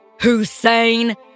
Hussein